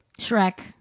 Shrek